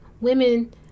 women